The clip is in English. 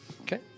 Okay